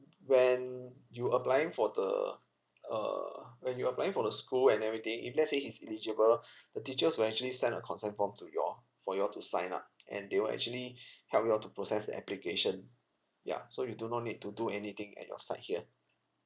when you're applying for the err when you're applying for the school and everything if let's say he's eligible the teachers will actually send a consent form to you all for you all to sign up and they will actually help you all to process the application ya so you do not need to do anything at your side here